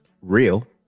real